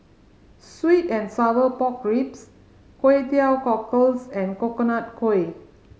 sweet and sour pork ribs Kway Teow Cockles and Coconut Kuih